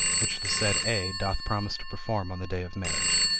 which the said a doth promise to perform on the day of marriage.